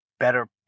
better